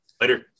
Later